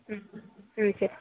ம் ம் சரி